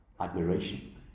admiration